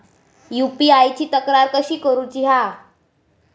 UPI ची तक्रार कशी करुची हा?